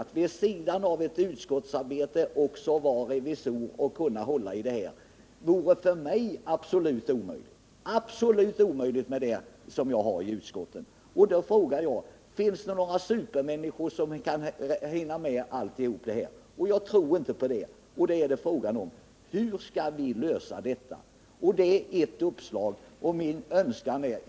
Att vid sidan av utskottsarbete också vara revisor vore för mig absolut omöjligt. Det skulle, som sagt, vara absolut omöjligt att förena arbetet som revisor med de uppgifter som jag har i utskottet. Finns det några supermänniskor som kan hinna med allt detta? Jag tror inte det. Hur skall vi då lösa problemet? Där har jag kommit med ett uppslag.